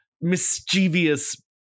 mischievous